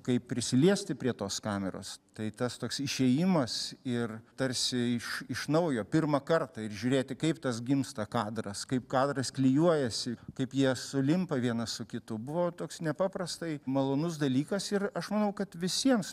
kaip prisiliesti prie tos kameros tai tas toks išėjimas ir tarsi iš iš naujo pirmą kartą ir žiūrėti kaip tas gimsta kadras kaip kadras klijuojasi kaip jie sulimpa vienas su kitu buvo toks nepaprastai malonus dalykas ir aš manau kad visiems